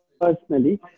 personally